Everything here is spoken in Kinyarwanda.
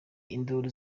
induru